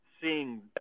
seeing